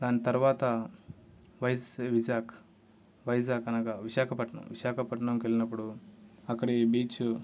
దాని తర్వాత వైస్ విశాక్ వైజాగ్ అనగా విశాఖపట్నం విశాఖపట్నంకి వెళ్ళినప్పుడు అక్కడ ఈ బీచ్